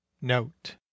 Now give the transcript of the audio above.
Note